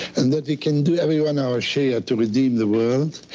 and that we can do, everyone, our share to redeem the world,